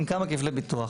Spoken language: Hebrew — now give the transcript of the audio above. עם כמה כפלי ביטוח.